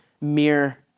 mere